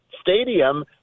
stadium